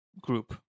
group